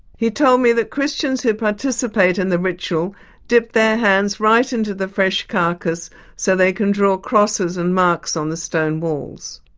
he told me that christians who participate in the ritual dip their hands right into the fresh carcass so they can draw crosses and marks on the stone walls.